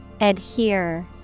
Adhere